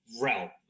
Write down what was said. realm